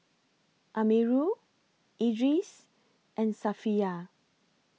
Amirul Idris and Safiya